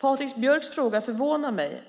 Patrik Björcks fråga förvånar mig.